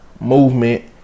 movement